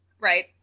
Right